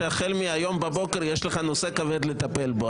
שהחל מהיום בבוקר יש לך נושא כבד לטפל בו,